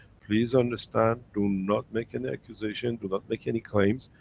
please understand do not make any accusation, do not make any claims,